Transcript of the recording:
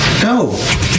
go